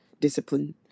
discipline